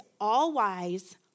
all-wise